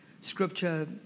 Scripture